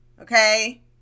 Okay